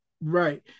right